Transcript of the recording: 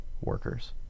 workers